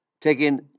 taking